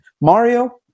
Mario